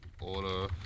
Order